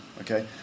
okay